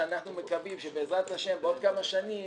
שאנחנו מקווים שבעזרת השם בעוד כמה שנים